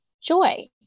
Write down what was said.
joy